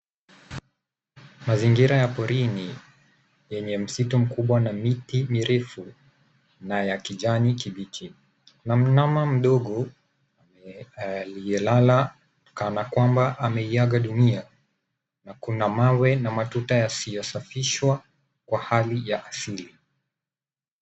Mazingira ya porini yenye msitu mkubwa na miti mirefu na ya kijani kibichi. Kuna mnyama mdogo aliyelala kana kwamba ameiaga dunia na kuna mawe na matuta yasiyosafishwa kwa hali ya asili.